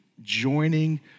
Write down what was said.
joining